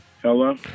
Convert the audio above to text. Hello